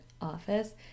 office